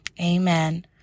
Amen